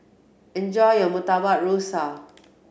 enjoy your Murtabak Rusa